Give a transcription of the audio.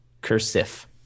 Cursive